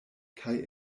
kaj